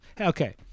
okay